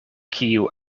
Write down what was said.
kiu